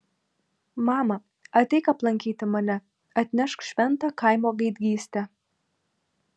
mama ateik aplankyti mane atnešk šventą kaimo gaidgystę